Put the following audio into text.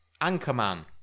Anchorman